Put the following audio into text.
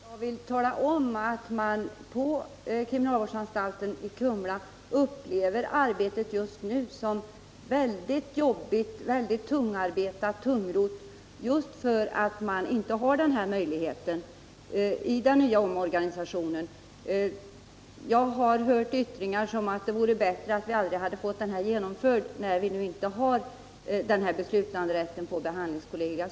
Herr talman! Helt kort vill jag tala om för justitieministern att man på kriminalvårdsanstalten i Kumla upplever arbetet just nu som väldigt jobbigt och tungrott just för att man inte har den här delegerade beslutanderätten i den nya organisationen. Jag har hört yttranden som att det hade varit bättre att man aldrig fått omorganisationen genomförd när man inte har beslutanderätten hos behandlingskollegiet.